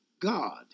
God